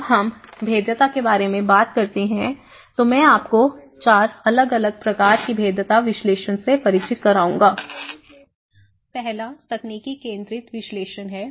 जब हम भेद्यता के बारे में बात करते हैं तो मैं आपको चार अलग अलग प्रकार के भेद्यता विश्लेषण से परिचित कराऊंगा पहला तकनीकी केंद्रित विश्लेषण है